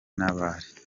nabari